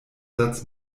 satz